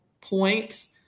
points